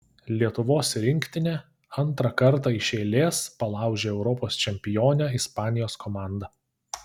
lietuvos rinktinė antrą kartą iš eilės palaužė europos čempionę ispanijos komandą